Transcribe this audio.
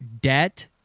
debt